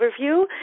overview